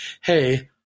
hey